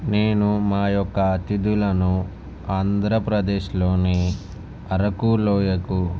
నేను మా యొక్క అతిధులను ఆంధ్రప్రదేశ్ లోని అరకు లోయకు